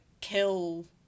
kill